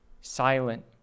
silent